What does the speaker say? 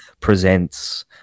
Presents